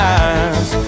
eyes